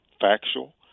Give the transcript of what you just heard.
factual